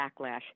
backlash